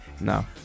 no